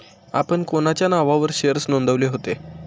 आपण कोणाच्या नावावर शेअर्स नोंदविले होते?